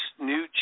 new